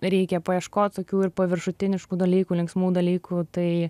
reikia paieškot tokių ir paviršutiniškų dalykų linksmų dalykų tai